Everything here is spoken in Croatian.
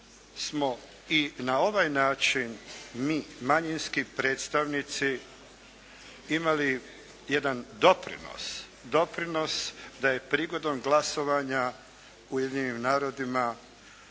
smo i na ovaj način mi manjinski predstavnici imali jedan doprinos, doprinos da je prigodom glasovanja u Ujedinjenim narodima